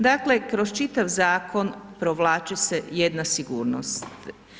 Dakle, kroz čitav zakon provlači se jedna sigurnost.